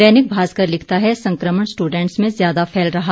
दैनिक भास्कर लिखता है संक्रमण स्ट्रडेंट्स में ज्यादा फैसल रहा